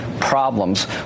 problems